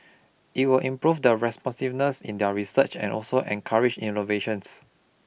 it will improve the responsiveness in their research and also encourage innovations